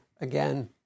again